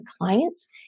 clients